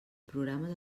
programes